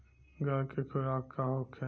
गाय के खुराक का होखे?